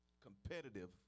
competitive